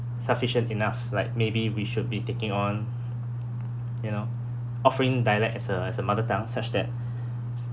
sufficient enough like maybe we should be taking on you know offering dialect as a as a mother tongue such that